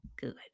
Good